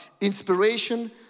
inspiration